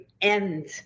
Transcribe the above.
end